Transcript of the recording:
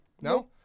No